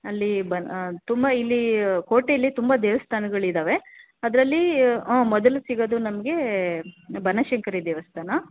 ಅಲ್ಲಿ ಬನ್ ತುಂಬ ಇಲ್ಲಿ ಕೋಟೆಲ್ಲಿ ತುಂಬ ದೇವಸ್ಥಾನಗಳಿದ್ದಾವೆ ಅದರಲ್ಲಿ ಮೊದಲು ಸಿಗೋದು ನಮಗೆ ಬನಶಂಕರಿ ದೇವಸ್ಥಾನ